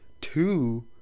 two